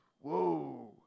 Whoa